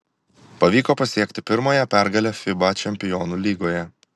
pavyko pasiekti pirmąją pergalę fiba čempionų lygoje